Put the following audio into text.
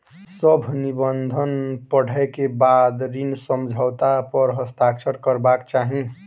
सभ निबंधन पढ़ै के बाद ऋण समझौता पर हस्ताक्षर करबाक चाही